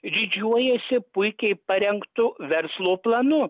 didžiuojasi puikiai parengtu verslo planu